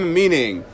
meaning